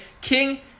King